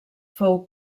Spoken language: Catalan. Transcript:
fou